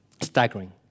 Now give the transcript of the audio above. Staggering